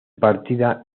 partida